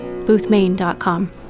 boothmaine.com